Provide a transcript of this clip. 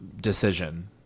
decision